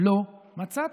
לא מצאתי.